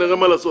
ונראה מה לעשות.